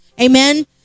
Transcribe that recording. Amen